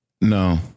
No